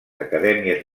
acadèmies